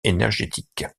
énergétiques